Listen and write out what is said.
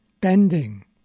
bending